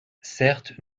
certes